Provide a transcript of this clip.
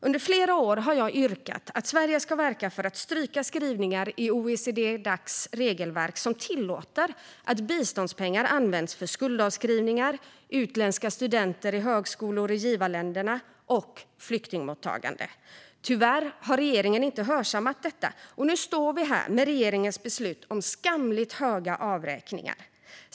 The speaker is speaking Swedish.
Under flera år har jag yrkat att Sverige ska verka för att stryka skrivningar i OECD-Dacs regelverk som tillåter att biståndspengar används för skuldavskrivningar, utländska studenter vid högskolor i givarländerna och flyktingmottagande. Tyvärr har regeringen inte hörsammat detta, och nu står vi här med regeringens beslut om skamligt höga avräkningar.